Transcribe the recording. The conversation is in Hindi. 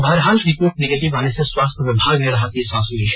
बहरहाल रिपोर्ट निगेटिव आने से स्वास्थ्य विभाग ने राहत की सांस ली है